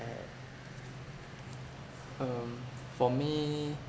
um for me